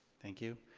thank you.